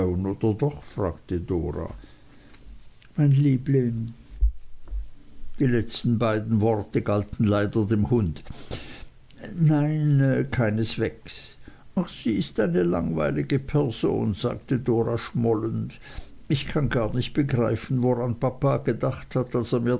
dora mein liebling die beiden letzten worte galten leider dem hund nein keineswegs sie ist eine langweilige person sagte dora schmollend ich kann gar nicht begreifen woran papa gedacht hat als er mir